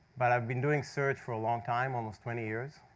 but i've been doing search for a long time, almost twenty years.